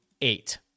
eight